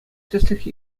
тӗслӗх